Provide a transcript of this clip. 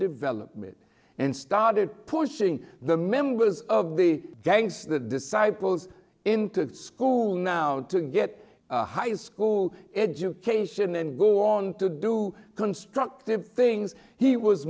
development and started pushing the members of the gangs the disciples into school now to get a high school education then go on to do constructive things he was